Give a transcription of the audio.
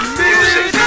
music